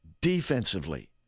defensively